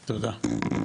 תודה.